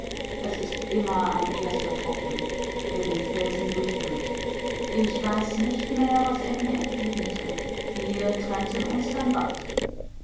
es ist immer ein erster tropfen der den felsen durchhöhlt ich weiß nicht mehr was er mir entgegnete wir trennten uns dann bald